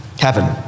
heaven